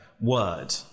word